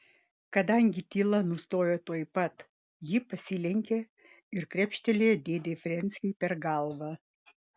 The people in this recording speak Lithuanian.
kadangi tyla nestojo tuoj pat ji pasilenkė ir kepštelėjo dėdei frensiui per galvą